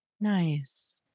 Nice